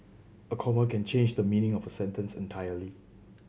a comma can change the meaning of a sentence entirely